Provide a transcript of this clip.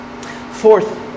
Fourth